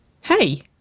Hey